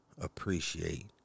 appreciate